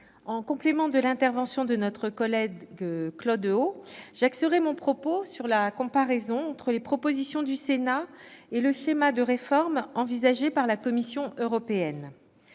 en complément de l'intervention de notre collègue Claude Haut, j'axerai mon propos sur la comparaison entre les propositions du Sénat et le schéma de réforme envisagé par la Commission européenne.